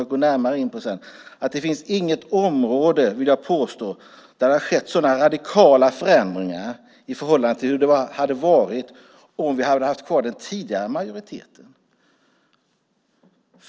Jag ska bara notera att det inte finns något område, vill jag påstå, där det har skett sådana radikala förändringar i förhållande till hur det hade varit om vi hade haft kvar den tidigare majoriteten.